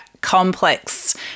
complex